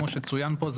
כמו שצוין פה,